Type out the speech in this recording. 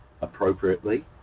appropriately